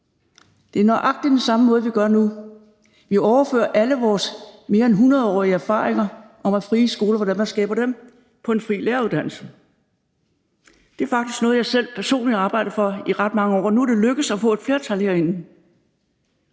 Det er nøjagtig det samme, vi gør nu. Vi overfører alle vores mere end 100 års erfaringer med, hvordan man skaber frie skoler, til en fri læreruddannelse. Det er faktisk noget, jeg selv personligt har arbejdet for i ret mange år, og nu er det lykkedes at få et flertal herinde.